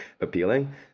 appealing